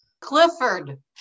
clifford